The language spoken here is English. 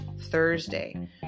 Thursday